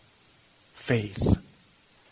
faith